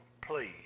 please